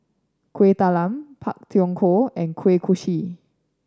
Kueh Talam Pak Thong Ko and Kuih Kochi